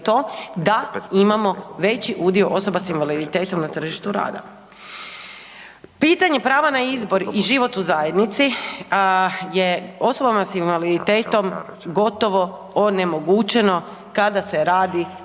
da imamo veći udio osoba s invaliditetom na tržištu rada. Pitanje prava na izbor i život u zajednici je osobama s invaliditetom gotovo onemogućeno kada se radi